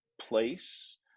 place